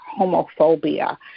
homophobia